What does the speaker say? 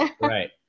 Right